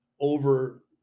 over